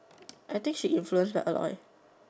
I think she influenced by Aloy